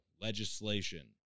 Legislation